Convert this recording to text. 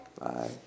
Bye